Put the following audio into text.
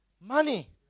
money